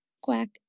Quack